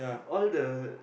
all the